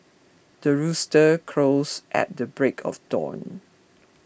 the rooster crows at the break of dawn